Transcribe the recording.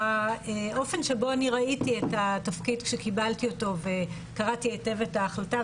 האופן שבו אני ראיתי את התפקיד שקיבלתי אותו וקראתי היטב את ההחלטה,